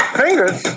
fingers